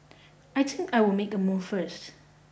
I think I will make a move first